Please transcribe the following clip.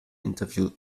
interview